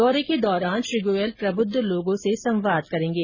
दौरे के दौरान श्री गोयल प्रबृद्ध लोगों से संवाद करेंगे